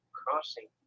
crossing